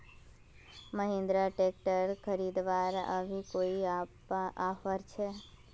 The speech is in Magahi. महिंद्रा ट्रैक्टर खरीदवार अभी कोई ऑफर छे?